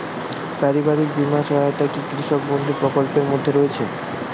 পারিবারিক বীমা সহায়তা কি কৃষক বন্ধু প্রকল্পের মধ্যে রয়েছে?